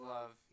love